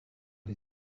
les